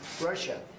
Russia